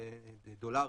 ל-6.5 דולרים.